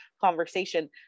conversation